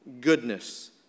goodness